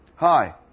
Hi